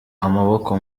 amaboko